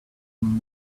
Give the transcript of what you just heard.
them